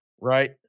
Right